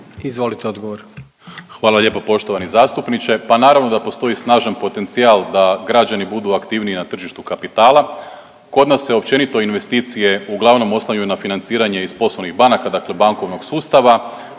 Marko** Hvala lijepo poštovani zastupniče. Pa naravno da postoji snažan potencijal da građani budu aktivniji na tržištu kapitala. Kod nas se općenito investicije uglavnom oslanjaju na financiranje iz poslovnih banaka, dakle bankovnog sustava.